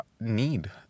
need